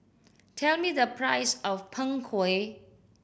tell me the price of Png Kueh